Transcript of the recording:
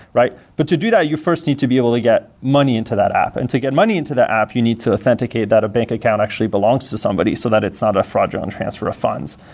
but to do that, you first need to be able to get money into that app, and to get money into that app, you need to authenticate that a bank account actually belongs to somebody so that it's not a fraudulent transfer of funds.